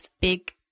big